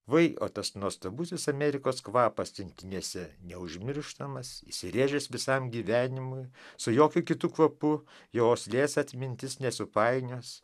vai o tas nuostabusis amerikos kvapas rinktinėse neužmirštamas įsirėžęs visam gyvenimui su jokiu kitu kvapu jos liejasi atmintis nesupainios